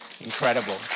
Incredible